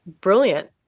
brilliant